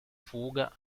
fuga